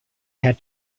had